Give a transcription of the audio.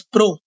Pro